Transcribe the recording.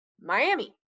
Miami